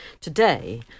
Today